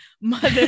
mother